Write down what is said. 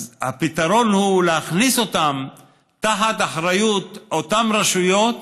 אז הפתרון הוא להכניס אותם תחת האחריות של אותן רשויות,